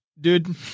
Dude